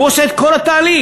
הוא עושה את כל התהליך,